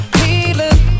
healing